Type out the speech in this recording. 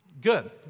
Good